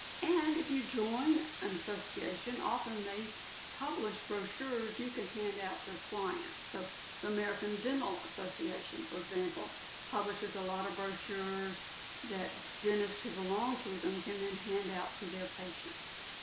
and if you join an association, often they publish brochures you can hand out to clients. so the american dental association, for example publishes a lot of brochures that dentists who belong to them can then hand out to their patients.